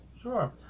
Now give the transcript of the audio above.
Sure